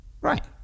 Right